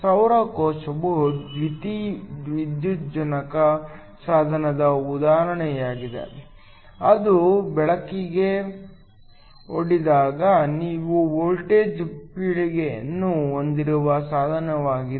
ಸೌರ ಕೋಶವು ದ್ಯುತಿವಿದ್ಯುಜ್ಜನಕ ಸಾಧನದ ಉದಾಹರಣೆಯಾಗಿದೆ ಅದು ಬೆಳಕಿಗೆ ಒಡ್ಡಿದಾಗ ನೀವು ವೋಲ್ಟೇಜ್ ಪೀಳಿಗೆಯನ್ನು ಹೊಂದಿರುವ ಸಾಧನವಾಗಿದೆ